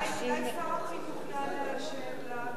אולי שר החינוך יענה על השאלה?